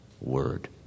word